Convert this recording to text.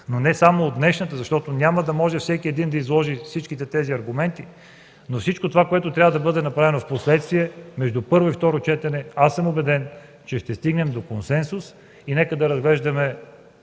но не само от днешната, защото няма да може всеки един да изложи всички тези аргументи, но всичко това, което трябва да бъде направено впоследствие между първо и второ четене, аз съм убеден, че ще стигнем до консенсус. Нека да разглеждаме